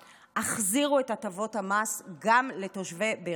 החזירו את הטבות המס גם לתושבי באר שבע.